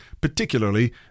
particularly